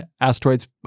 Asteroids